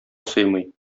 сыймый